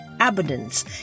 abundance